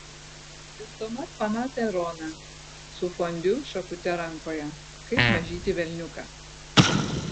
ir tuomet pamatė roną su fondiu šakute rankoje kaip mažytį velniuką